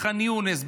בחאן יונס,